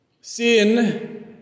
Sin